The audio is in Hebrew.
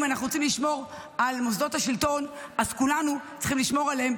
אם אנחנו רוצים לשמור על מוסדות השלטון אז כולנו צריכים לשמור עליהם,